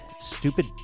Stupid